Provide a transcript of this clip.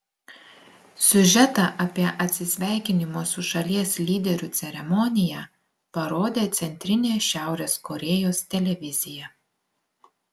siužetą apie atsisveikinimo su šalies lyderiu ceremoniją parodė centrinė šiaurės korėjos televizija